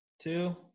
two